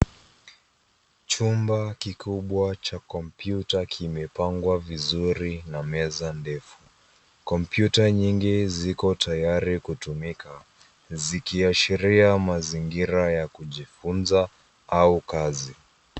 Chumba kikubwa cha kompyuta kimepangwa vizuri na meza ndefu. Kompyuta nyingi ziko tayari kutumika zikiashiria mazingira ya kujifunza au kazi.